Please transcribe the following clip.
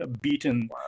beaten